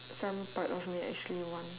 some part of me actually wants